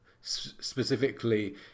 specifically